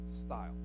style